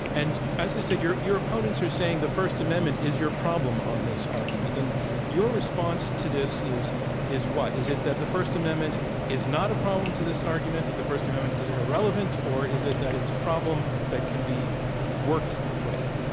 and as i said, you're opponents are saying the first amendment is your problem on this argument. and your response to this is is what? is it that the first amendment is not a problem to this argument, that the first amendment is irrelevant, or is it that it's a problem that can be worked with?